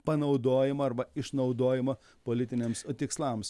panaudojimą arba išnaudojimą politiniams a tikslams